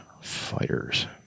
fighters